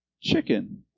chicken